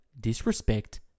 disrespect